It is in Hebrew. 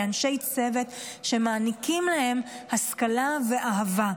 כאנשי צוות שמעניקים להם השכלה ואהבה.